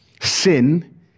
Sin